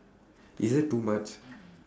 is it too much